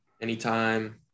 anytime